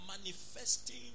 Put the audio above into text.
manifesting